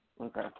Okay